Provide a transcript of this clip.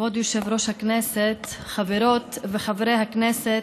כבוד יושב-ראש הישיבה, חברות וחברי הכנסת,